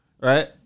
Right